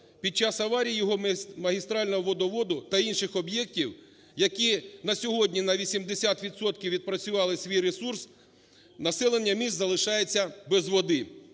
Під час аварії його магістрального водоводу та інших об'єктів, які на сьогодні на 80 відсотків відпрацювали свій ресурс, населення міст залишається без води.